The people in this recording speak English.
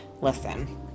listen